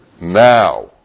now